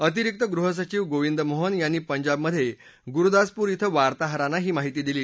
अतिरिक गृह सचिव गोविंद मोहन यांनी पंजाबमध्ये गुरुदासपूर इथं वार्ताहरांना ही माहिती दिली